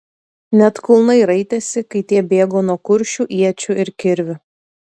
net kulnai raitėsi kai tie bėgo nuo kuršių iečių ir kirvių